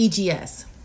EGS